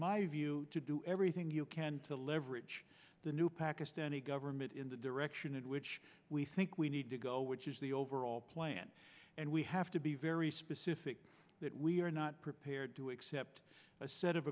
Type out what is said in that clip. my view to do everything you can to leverage the new pakistani government in the direction in which we think we need to go which is the overall plan and we have to be very specific that we are not prepared to accept a set of